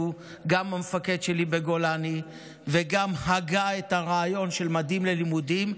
הוא גם המפקד שלי בגולני וגם הגה את הרעיון של מדים ללימודים,